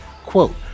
quote